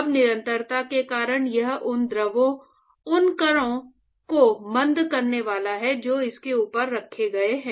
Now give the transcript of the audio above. अब निरंतरता के कारण यह उन द्रव कणों को मंद करने वाला है जो इसके ऊपर रखे गए हैं